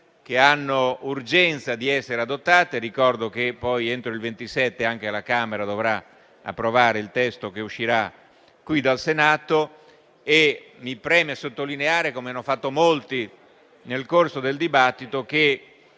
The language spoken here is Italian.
che hanno urgenza di essere adottate. Ricordo che entro il 27 febbraio anche la Camera dovrà approvare il testo che uscirà dal Senato e mi preme sottolineare, come hanno fatto molti nel corso del dibattito, che